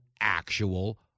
actual